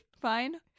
Fine